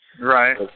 Right